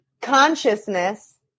consciousness